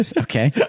Okay